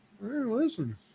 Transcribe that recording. listen